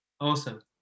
awesome